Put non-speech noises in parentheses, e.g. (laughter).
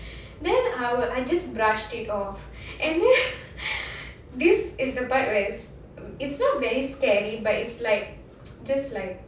then ah I just brushed it off and then (laughs) this is the part where it's it's not very scary but it's like just like